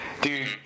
dude